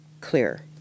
clear